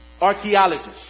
archaeologists